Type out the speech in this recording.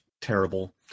terrible